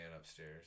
upstairs